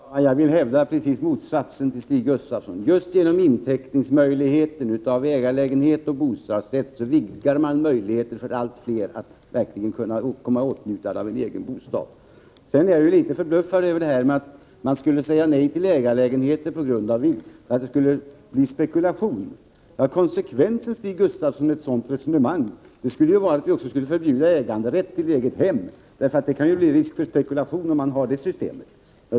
Herr talman! Jag vill hävda precis motsatsen till vad Stig Gustafsson säger. Just genom möjligheten att inteckna en ägarlägenhet och bostadsrätt vidgas möjligheterna för allt fler att verkligen komma i åtnjutande av en egen bostad. Jag är litet förbluffad över påståendet att vi skall säga nej till ägarlägenheter på grund av att det blir spekulation. Konsekvensen av ett sådant resonemang, Stig Gustafsson, skulle ju vara att vi också måste förbjuda äganderätt till egethem — det kan ju finnas risk för spekulation även med det systemet.